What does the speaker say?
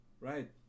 right